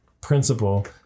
principle